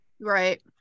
right